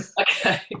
Okay